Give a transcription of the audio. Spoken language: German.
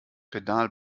pedal